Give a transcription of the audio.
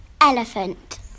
elephant